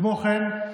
כמו כן,